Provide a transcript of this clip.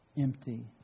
empty